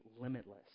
limitless